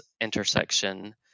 intersection